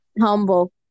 humble